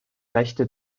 rechte